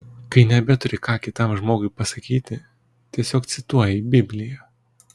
kai nebeturi ką kitam žmogui pasakyti tiesiog cituoji bibliją